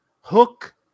hook